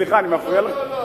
סליחה, אני מפריע לכם?